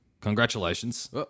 Congratulations